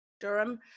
Durham